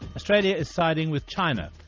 australia is siding with china.